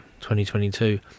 2022